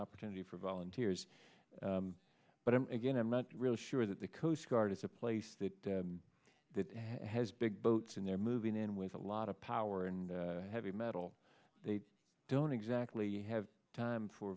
opportunity for volunteers but i'm again i'm not really sure that the coast guard is a place that has big boats and they're moving in with a lot of power and heavy metal they don't exactly have time for